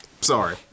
Sorry